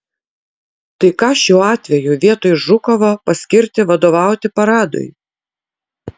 tai ką šiuo atveju vietoj žukovo paskirti vadovauti paradui